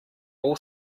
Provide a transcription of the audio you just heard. all